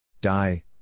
Die